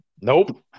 nope